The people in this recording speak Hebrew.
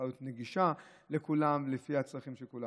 להיות נגישה לכולם לפי הצרכים של כולם.